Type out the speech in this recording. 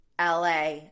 LA